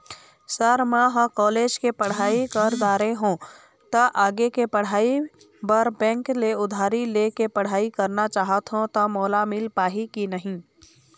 Sir म ह college के पढ़ाई कर दारें हों ता आगे के पढ़ाई बर बैंक ले उधारी ले के पढ़ाई करना चाहत हों ता मोला मील पाही की नहीं?